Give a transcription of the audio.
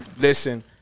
listen